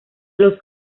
los